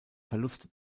verluste